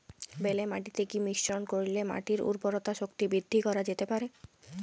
বেলে মাটিতে কি মিশ্রণ করিলে মাটির উর্বরতা শক্তি বৃদ্ধি করা যেতে পারে?